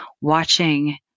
watching